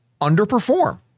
underperform